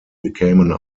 became